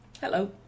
Hello